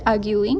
arguing